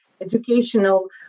educational